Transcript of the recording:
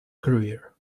career